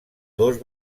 dos